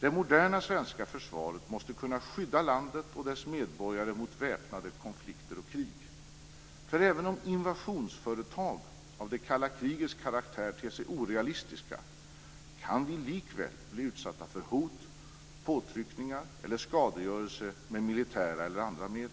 Det moderna svenska försvaret måste kunna skydda landet och dess medborgare mot väpnade konflikter och krig. Även om invasionsföretag av det kalla krigets karaktär ter sig orealistiska kan vi likväl bli utsatta för hot, påtryckningar eller skadegörelse med militära eller andra medel.